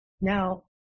Now